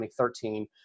2013